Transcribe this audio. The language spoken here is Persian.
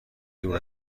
دور